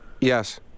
Yes